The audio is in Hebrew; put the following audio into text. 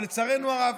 אבל לצערנו הרב,